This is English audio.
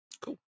Cool